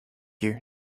you